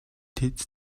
тэд